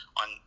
on